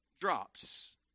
drops